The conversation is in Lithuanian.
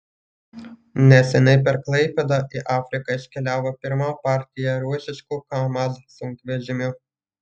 neseniai per klaipėdą į afriką iškeliavo pirma partija rusiškų kamaz sunkvežimių